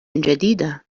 جديدة